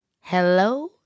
Hello